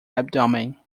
abdomen